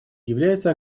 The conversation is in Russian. является